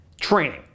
training